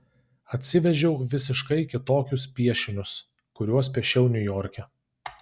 atsivežiau visiškai kitokius piešinius kuriuos piešiau niujorke